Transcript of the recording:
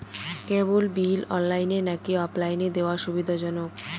কেবল bill অনলাইনে নাকি অফলাইনে দেওয়া সুবিধাজনক?